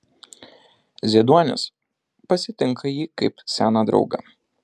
zieduonis pasitinka jį kaip seną draugą